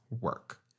work